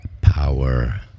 Power